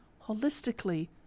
holistically